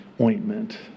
ointment